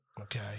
Okay